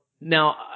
now